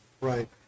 right